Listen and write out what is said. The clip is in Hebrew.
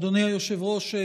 אדוני היושב-ראש,